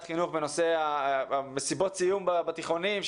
חינוך בנושא מסיבות הסיום בתיכונים.